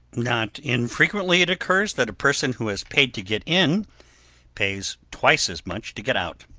not infrequently it occurs that a person who has paid to get in pays twice as much to get out.